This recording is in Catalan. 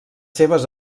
seves